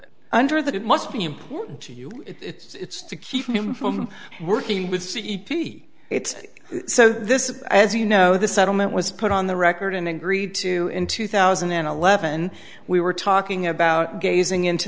it under that it must be important to you it's to keep him from working with c e p it's so this is as you know the settlement was put on the record and agreed to in two thousand and eleven we were talking about gazing into